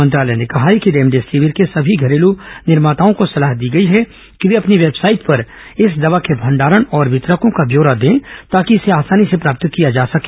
मंत्रालय ने कहा है कि रेमडेसिविर के सभी घरेलू निर्माताओं को सलाह दी गई है कि वे अपनी वेबसाइट पर इस दवा के भंडारण और वितरकों का ब्योरा दें ताकि इसे आसानी से प्राप्त किया जा सके